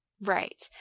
Right